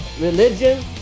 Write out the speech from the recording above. religion